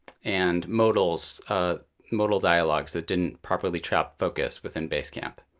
and modal so ah modal dialogs that didn't properly trap focus within basecamp.